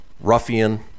ruffian